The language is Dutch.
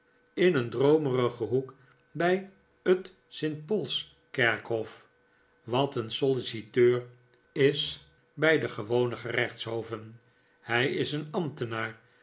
in een droomerigen hoek bij het st paul's kerkhof wat een solliciteur is bij de gewone gerechtshoven hij is een ambtenaar